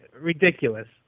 ridiculous